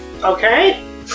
Okay